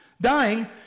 dying